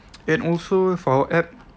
and also for our app